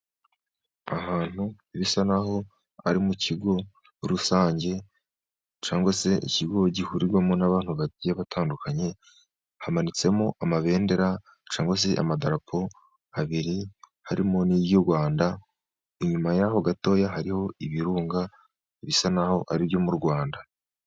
Ahantu bisa n'aho ari mu kigo rusange cyangwa se ikigo gihurirwamo n'abantu batandukanye. Hamanitsemo amabendera cyangwa se amadarapo abiri, harimo n'iry'u Rwanda . Inyuma y'aho gatoya, hariho ibirunga bisa n'aho ari ibyo mu Rwanda.